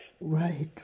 Right